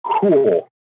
cool